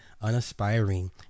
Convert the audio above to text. unaspiring